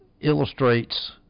illustrates